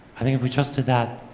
i think if we just did that,